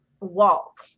walk